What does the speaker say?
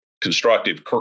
constructive